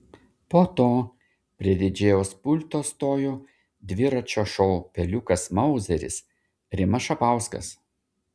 po to prie didžėjaus pulto stojo dviračio šou peliukas mauzeris rimas šapauskas